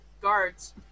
guards